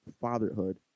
fatherhood